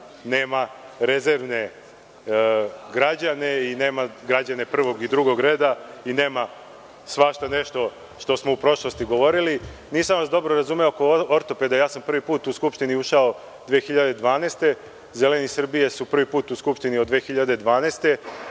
nema rezervne građane i građane prvog i drugog reda i nema svašta nešto što smo u prošlosti govorili. Nisam vas dobro razumeo oko ortopeda. Prvi put sam u Skupštinu ušao 2012. godine. Zeleni Srbije su prvi put u Skupštini od 2012.